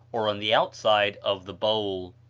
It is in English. on the outside of the bowl.